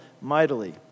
mightily